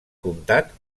comtat